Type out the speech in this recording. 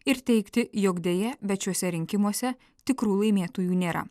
ir teigti jog deja bet šiuose rinkimuose tikrų laimėtojų nėra